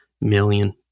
million